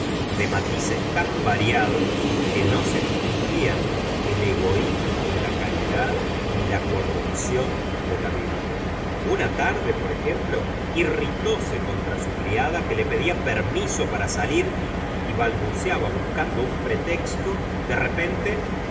de matices tan variados que no se distinguían el egoísmo de la caridad ni la corrupdón de la virtud una tarde por ejemplo irritóse contra su criada que le pedía permiso para salir y balbuceaba buscando un pretexto de repente